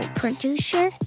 producer